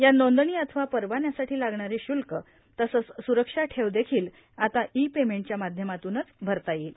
या नोंदणी अथवा परवान्यासाठी लागणारे शुल्क तसंच सुरक्षा ठेव देखील आता ई पेमेंटच्या माध्यमातूनच भरता येईल